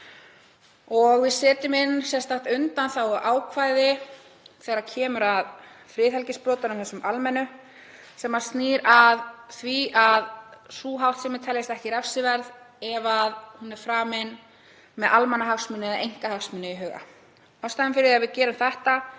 og við setjum inn sérstakt undanþáguákvæði þegar kemur að friðhelgisbrotunum, þessum almennu, sem snýr að því að sú háttsemi teljist ekki refsiverð ef hún er framin með almannahagsmuni eða einkahagsmuni í huga. Ástæðan fyrir því að við gerum þetta